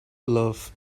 love